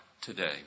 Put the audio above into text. today